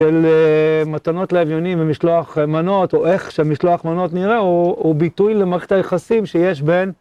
של מתנות לאביונים ומשלוח מנות, או איך שמשלוח מנות נראה הוא ביטוי למערכת היחסים שיש בין